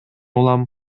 улам